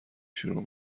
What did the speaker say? شروع